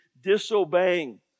disobeying